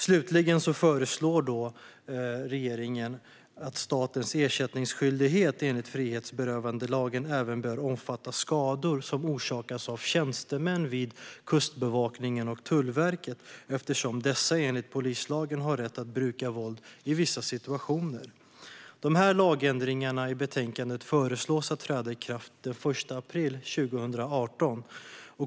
Slutligen föreslår regeringen att statens ersättningsskyldighet enligt frihetsberövandelagen även bör omfatta skador som orsakas av tjänstemän vid Kustbevakningen och Tullverket, eftersom dessa enligt polislagen har rätt att bruka våld i vissa situationer. Skadestånd och Europakonventionen De lagändringar som tas upp i betänkandet föreslås träda i kraft den 1 april 2018.